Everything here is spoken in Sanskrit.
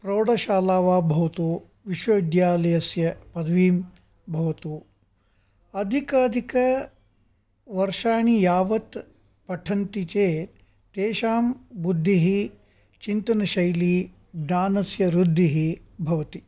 प्रौढशाला वा भवतु विश्वविद्यालयस्य पदवी भवतु अधिकाधिक वर्षाणि यावत् पठन्ति चेत् तेषां बुद्धिः चिन्तनशैली ज्ञानस्य ऋद्धिः भवति